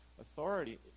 Authority